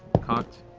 cocked.